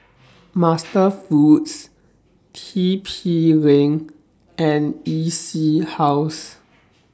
MasterFoods T P LINK and E C House